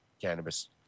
cannabis